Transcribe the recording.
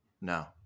No